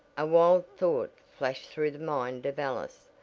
a wild thought flashed through the mind of alice.